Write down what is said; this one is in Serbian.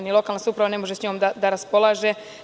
Ni lokalna samouprava ne može s njom da raspolaže.